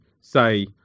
say